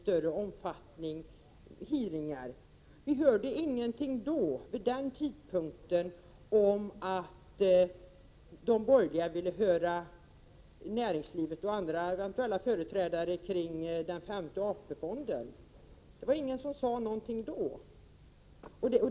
1987/88:138 Vid den tidpunkten hörde vi inget om att de borgerliga ville höra näringslivet — 10 juni 1988 och andra eventuella företrädare om den femte AP-fonden. Det var ingen som sade något då.